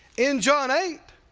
in john eight